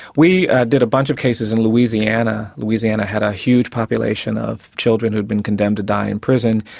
we did a bunch of cases in louisiana. louisiana had a huge population of children who'd been condemned to die in prison,